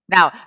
Now